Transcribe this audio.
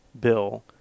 bill